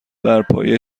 برپایه